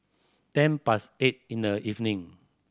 ten past eight in the evening